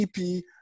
EP